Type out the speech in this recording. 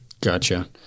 Gotcha